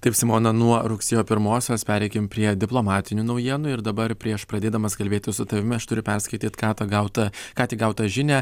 taip simona nuo rugsėjo pirmosios pereikim prie diplomatinių naujienų ir dabar prieš pradėdamas kalbėti su tavimi aš turiu perskaityt ką tą gautą ką tik gautą žinią